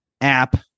app